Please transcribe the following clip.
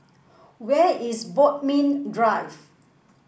where is Bodmin Drive